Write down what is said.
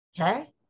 Okay